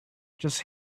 just